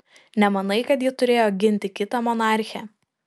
nemanai kad ji turėjo ginti kitą monarchę